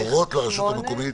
3(א)(1)